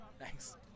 thanks